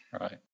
Right